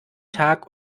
tag